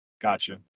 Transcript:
Gotcha